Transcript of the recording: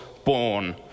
Born